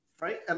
right